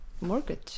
Mortgage